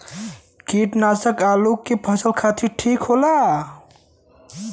कीटनाशक आलू के फसल खातिर ठीक होला